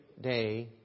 day